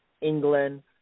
England